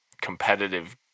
competitive